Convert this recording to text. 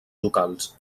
locals